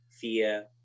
fear